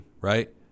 Right